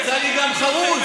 יצא לי גם חרוז.